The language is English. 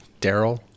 Daryl